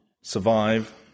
survive